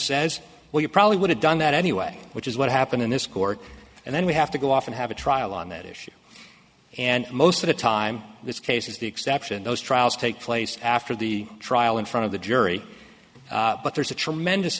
says well you probably would have done that anyway which is what happened in this court and then we have to go off and have a trial on that issue and most of the time this case is the exception those trials take place after the trial in front of the jury but there's a tremendous